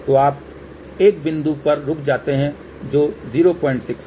तो आप एक बिंदु पर रुक जाते हैं जो 06 है